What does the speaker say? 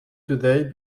today